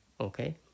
Okay